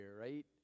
right